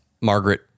Margaret